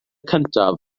cyntaf